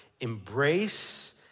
embrace